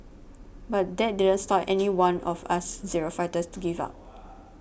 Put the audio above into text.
but that didn't stop any one of us zero fighters to give up